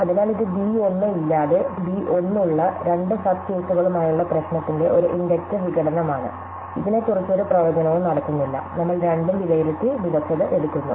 അതിനാൽ ഇത് ബി 1 ഇല്ലാതെ ബി 1 ഉള്ള രണ്ട് സബ് കേസുകളുമായുള്ള പ്രശ്നത്തിന്റെ ഒരു ഇൻഡക്റ്റീവ് വിഘടനമാണ് ഇതിനെക്കുറിച്ച് ഒരു പ്രവചനവും നടത്തുന്നില്ല നമ്മൾ രണ്ടും വിലയിരുത്തി മികച്ചത് എടുക്കുന്നു